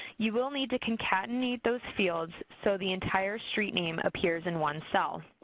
you will need to concatenate those fields so the entire street name appears in one cell.